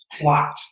plot